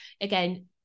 again